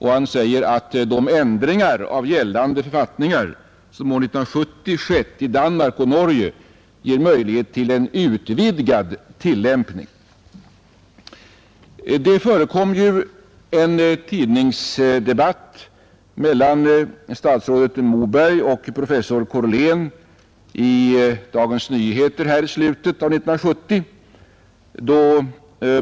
Han säger vidare: ”De ändringar av gällande författningar som år 1970 skett i Danmark och Norge ger möjligheter till en utvidgad tillämpning.” Det förekom ju en tidningsdebatt mellan statsrådet Moberg och professor Korlén i Dagens Nyheter i slutet av år 1970.